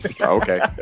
okay